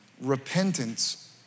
Repentance